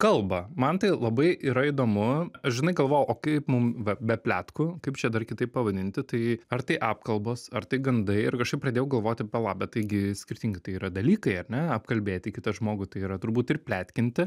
kalbą man tai labai yra įdomu aš žinai galvojau o kaip mum be be pletkų kaip čia dar kitaip pavadinti tai ar tai apkalbos ar tai gandai ir kažkaip pradėjau galvoti pala bet taigi skirtingi tai yra dalykai ar ne apkalbėti kitą žmogų tai yra turbūt ir pletkinti